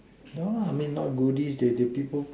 no lah I mean not goodies the the people